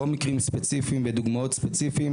לא מקרים ספציפיים ודוגמאות ספציפיות